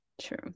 True